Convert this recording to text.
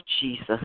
Jesus